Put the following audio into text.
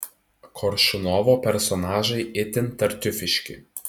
koršunovo personažai itin tartiufiški